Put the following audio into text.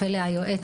הפלא היועץ,